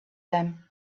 them